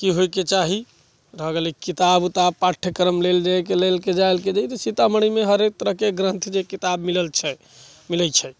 कि होइ के चाही रह गेलै किताब उताब पाठ्यक्रम लेल जइ के लेल सीतामढ़ी मे हरेक तरह के ग्रन्थ के किताब मिलत छै मिलै छै